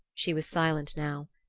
she was silent now,